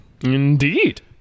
indeed